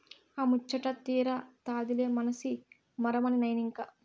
ఆ ముచ్చటా తీరతాదిలే మనసి మరమనినైనంక